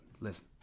listen